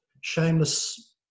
shameless